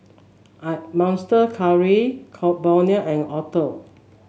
Monster Curry Burnie and Acuto